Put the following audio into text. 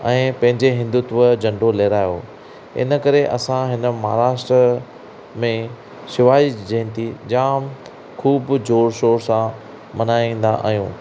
ऐं पंहिंजे हिंदुत्व झंडो लहरायो इनकरे असां हिन महाराष्ट्र में शिवाजी जयंती जाम ख़ूबु ज़ोर शोर सां मल्हाईंदा आहियूं